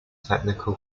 technical